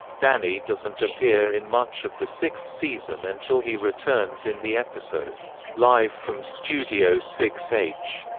danny doesn't appear in much of the sixth season until he returns in the episode live from studio six h,